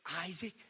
Isaac